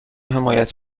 حمایت